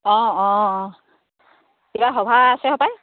অঁ অঁ অঁ কিবা সভা আছে নেকি